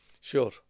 Sure